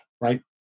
right